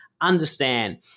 understand